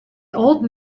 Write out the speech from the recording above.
old